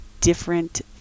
different